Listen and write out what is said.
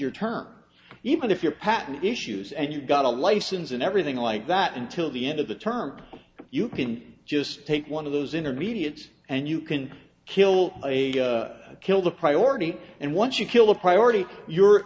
your term even if your patent issues and you've got a license and everything like that until the end of the term you can just take one of those intermediates and you can kill a kill the priority and once you kill the priority your